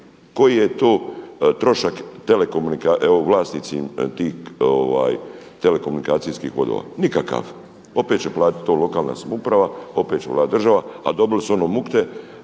telekomunikacija, vlasnicima tih telekomunikacijskih vodova? Nikakav. Opet će platiti to lokalna samouprava, opet će platiti država, a dobili su ono mukte,